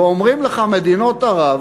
ואומרות לך מדינות ערב: